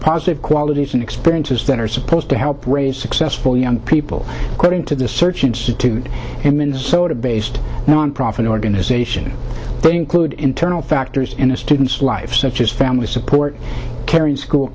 positive qualities and experiences that are supposed to help raise successful young people according to the search institute in minnesota based on profit organization they include internal factors in a student's life such as family support care and school